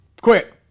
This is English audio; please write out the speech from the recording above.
Quick